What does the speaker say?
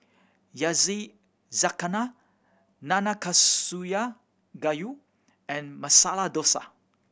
Yakizakana Nanakusa Gayu and Masala Dosa